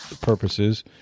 purposes